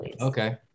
okay